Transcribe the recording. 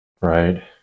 Right